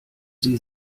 sie